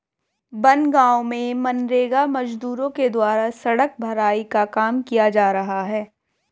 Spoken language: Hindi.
बनगाँव में मनरेगा मजदूरों के द्वारा सड़क भराई का काम किया जा रहा है